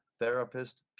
therapist